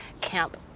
camp